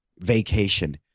vacation